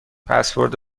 پسورد